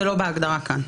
זה לא בהגדרה כאן.